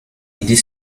aider